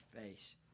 face